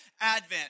Advent